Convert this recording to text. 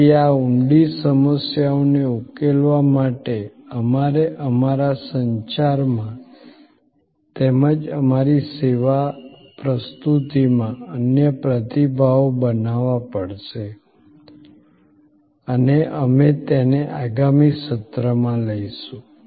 તેથી આ ઊંડી સમસ્યાઓને ઉકેલવા માટે અમારે અમારા સંચારમાં તેમજ અમારી સેવા પ્રસ્તુતિમાં અન્ય પ્રતિભાવો બનાવવા પડશે અને અમે તેને આગામી સત્રમાં લઈશું